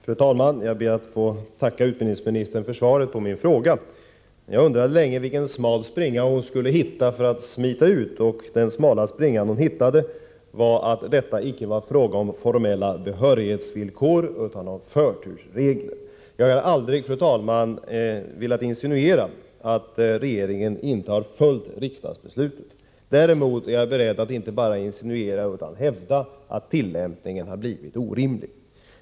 Fru talman! Jag ber att få tacka utbildningsministern för svaret på min fråga. Jag undrade länge vilken smal springa hon skulle hitta för att smita undan, och den smala springan var att detta icke gäller formella behörighetsvillkor utan förtursregler. Jag har aldrig, fru talman, velat insinuera att regeringen inte har följt riksdagsbeslutet. Däremot är jag beredd att inte bara insinuera utan hävda att tillämpningen blivit orimlig.